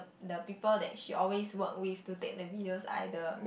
the people that she always work with to take the videos either